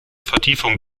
vertiefung